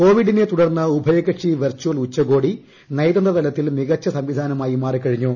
കോവിഡിനെ തുടർന്ന് ഉഭയകക്ഷി വെർച്ചൽ ഉച്ചകോടി നയതന്ത്ര തലത്തിൽ മികച്ച സംവിധാനമായി മാറിക്കഴിഞ്ഞു